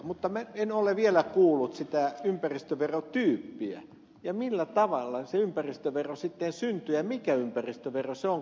mutta minä en ole vielä kuullut sitä ympäristöverotyyppiä ja sitä millä tavalla se ympäristövero sitten syntyy ja mikä ympäristövero se on kun me tiedämme ja ed